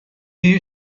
you